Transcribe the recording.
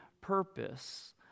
purpose